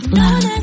love